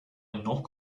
knock